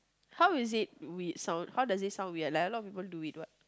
how is it weird sound how does it sound weird like a lot of people do it what